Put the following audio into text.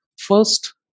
First